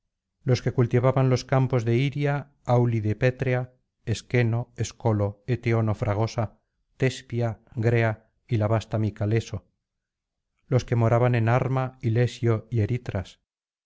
los que cultivaban los campos de hiria áulide pétrea esqueno escolo eteono fragosa tespia grea y la vasta micaleso los que moraban en harma ilesio y